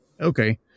okay